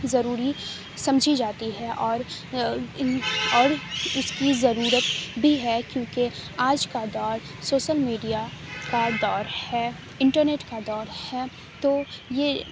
ضروری سمجھی جاتی ہے اور ان اور اس کی ضرورت بھی ہے کیوں کہ آج کا دور سوشل میڈیا کا دور ہے انٹرنیٹ کا دور ہے تو یہ